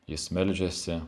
jis meldžiasi